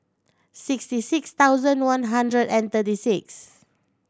sixty six thousand one hundred and thirty six